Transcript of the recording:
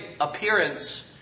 appearance